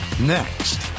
next